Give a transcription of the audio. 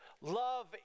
Love